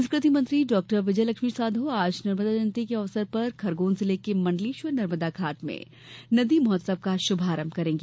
संस्कृति मंत्री डॉ विजयलक्ष्मी साधौ आज नर्मदा जयंती के अवसर पर खरगौन जिले के मण्डलेश्वर नर्मदा घाट में नदी महोत्सव का शुभारंभ करेंगी